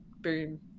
boom